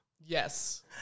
Yes